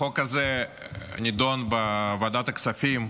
החוק הזה נדון בוועדת הכספים,